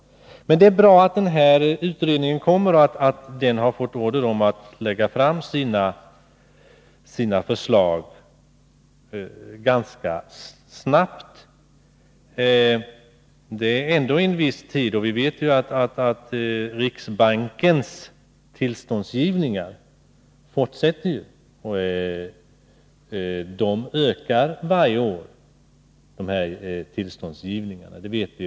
Men det är bra att denna utredning kommer och att den fått order om att lägga fram sina förslag ganska snabbt. Det tar ändå en viss tid. Vi vet ju att riksbankens tillståndsgivningar fortsätter; de ökar varje år.